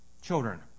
children